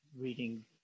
reading